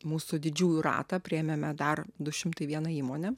mūsų didžiųjų ratą priėmėme dar du šimtai vieną įmonę